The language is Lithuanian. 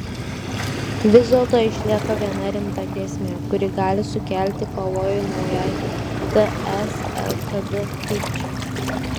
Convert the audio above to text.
vis dėlto išlieka viena rimta grėsmė kuri gali sukelti pavojų naujai ts lkd krypčiai